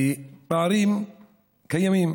קיימים